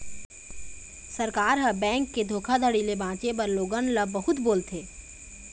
सरकार ह, बेंक के धोखाघड़ी ले बाचे बर लोगन ल बहुत बोलथे